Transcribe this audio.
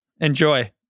Enjoy